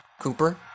Cooper